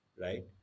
right